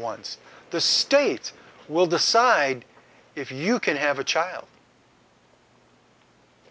ones the states will decide if you can have a child